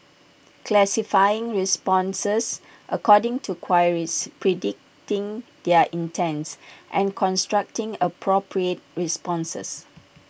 classifying responses according to queries predicting their intents and constructing appropriate responses